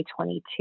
2022